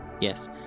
Yes